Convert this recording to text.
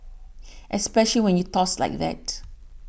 especially when you toss like that